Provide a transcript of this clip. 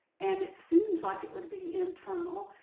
and it seems like it would be internal,